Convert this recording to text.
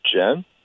Jen